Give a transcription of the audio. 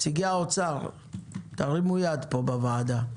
נציגי האוצר, תרימו יד פה בוועדה.